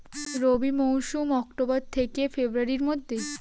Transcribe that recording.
রবি মৌসুম অক্টোবর থেকে ফেব্রুয়ারির মধ্যে